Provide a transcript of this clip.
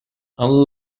amb